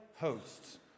hosts